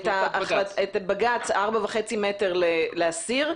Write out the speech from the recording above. את בג"צ 4.5 מטר לאסיר,